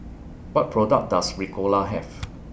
What products Does Ricola Have